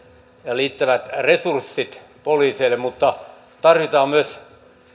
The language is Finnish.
ja riittävät resurssit poliiseille mutta tarvitaan myös